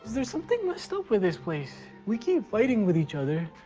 there's something messed up with this place. we keep fighting with each other.